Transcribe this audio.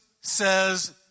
says